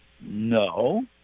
no